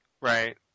Right